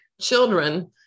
Children